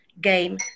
game